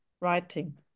writing